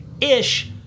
Ish